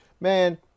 man